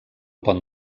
pont